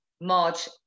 March